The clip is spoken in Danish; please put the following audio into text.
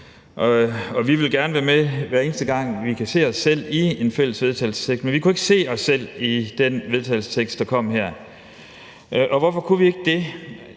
Vi vil gerne være med, hver eneste gang vi kan se os selv i en fælles vedtagelsestekst, men vi kunne ikke se os selv i den vedtagelsestekst, der kom her. Hvorfor kunne vi ikke det?